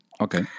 Okay